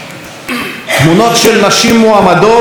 תמונות של נשים מועמדות שמושחתות,